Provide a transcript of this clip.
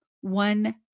one